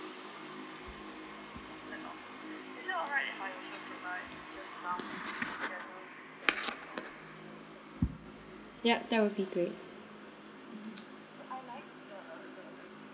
yup that would be great